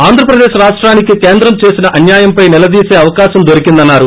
ఆంధ్రప్రదేశ్ రాష్టానికి కేంద్రం చేసిన అన్యాయంపై నిలదీస అవకాశం దొరికిందన్నారు